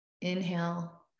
Inhale